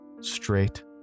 Straight